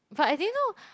but I didn't know